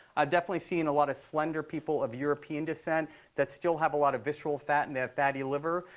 ah definitely seen a lot of slender people of european descent that still have a lot of visceral fat, and they have fatty liver.